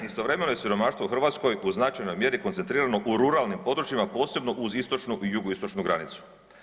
Istovremeno je siromaštvo u Hrvatskoj u značajnoj mjeri koncentrirano u ruralnim područjima, posebno uz istočnu i jugoistočnu granicu.